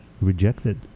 rejected